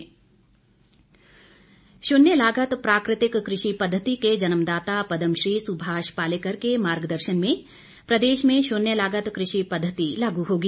शुन्य लागत शून्य लागत प्राकृतिक कृषि पद्धति के जन्मदाता पदम श्री सुभाष पालेकर के मार्गदर्शन में प्रदेश में शून्य लागत कृषि पद्धति लागू होगी